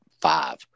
five